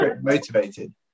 motivated